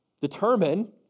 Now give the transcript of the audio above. determine